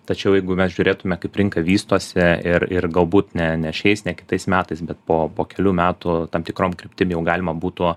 tačiau jeigu mes žiūrėtume kaip rinka vystosi ir ir galbūt ne ne šiais ne kitais metais bet po po kelių metų tam tikrom kryptim jau galima būtų